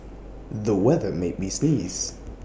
the weather made me sneeze